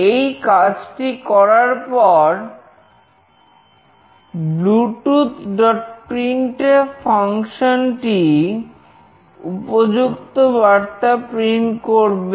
এই কাজটি করার পরbluetoothprintf ফাংশন করবে